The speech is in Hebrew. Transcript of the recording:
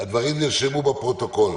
הנתונים נרשמו בפרוטוקול.